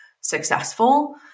successful